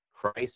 Christ